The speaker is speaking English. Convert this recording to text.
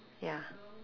ya